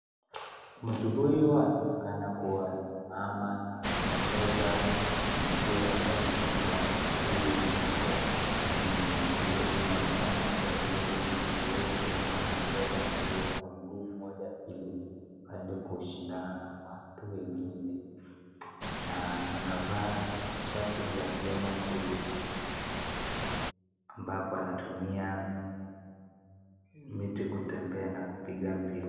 Mtu huyu anaonekana kuwa mama na anacheza mpira kwa mguu mmoja. Inaonekana kuwa yeye ni kiwete na anacheza mpira kwa miguu ili aende kushindana na watu wengine ,na amevaa shati ya kenya ambapo anatumia miti kutembea na kupiga mpira.